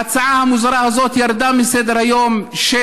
ההצעה המוזרה הזאת ירדה מסדר-היום של